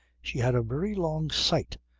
she had a very long sight,